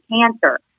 cancer